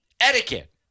Etiquette